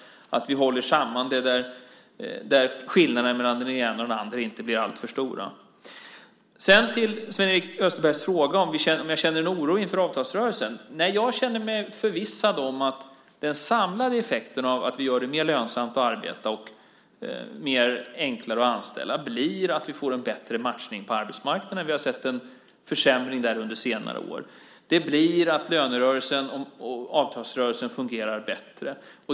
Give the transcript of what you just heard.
Vi håller samman det så att skillnaden mellan den ene och den andre inte blir alltför stor. Sedan till Sven-Erik Österbergs fråga om jag känner en oro inför avtalsrörelsen. Nej, jag känner mig förvissad om att den samlade effekten av att vi gör det mer lönsamt att arbeta och mer enkelt att anställa blir att vi får en bättre matchning på arbetsmarknaden. Vi har sett en försämring där under senare år. Det gör att lönerörelsen och avtalsrörelsen fungerar bättre.